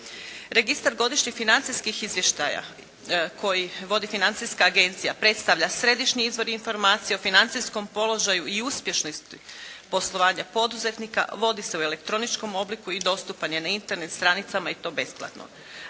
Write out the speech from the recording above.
Registar godišnjih financijskih izvještaja koji vodi financijska agencija predstavlja središnji izvor informacija o financijskom položaju i uspješnosti poslovanja poduzetnika, vodi se u elektroničkom obliku i dostupan je na Internet stranicama i to besplatno.